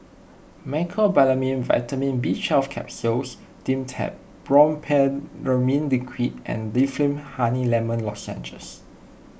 Mecobalamin Vitamin B Twelve Capsules Dimetapp Brompheniramine Liquid and Difflam Honey Lemon Lozenges